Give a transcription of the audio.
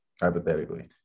Hypothetically